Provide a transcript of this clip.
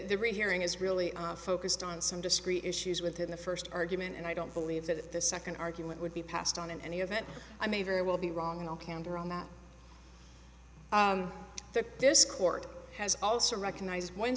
that rehearing is really focused on some discrete issues within the first argument and i don't believe that the second argument would be passed on in any event i may very well be wrong in all candor on that this court has also recognize when